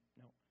no